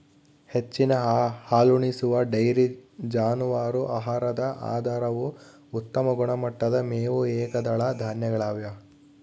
ಹೆಚ್ಚಿನ ಹಾಲುಣಿಸುವ ಡೈರಿ ಜಾನುವಾರು ಆಹಾರದ ಆಧಾರವು ಉತ್ತಮ ಗುಣಮಟ್ಟದ ಮೇವು ಏಕದಳ ಧಾನ್ಯಗಳಗ್ಯವ